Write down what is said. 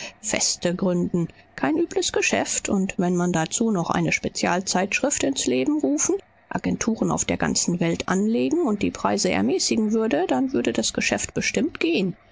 feste gründen kein übles geschäft und wenn man dazu noch eine spezialzeitschrift ins leben rufen agenturen auf der ganzen welt anlegen und die preise ermäßigen würde dann würde das geschäft bestimmt gehen